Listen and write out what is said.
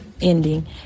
ending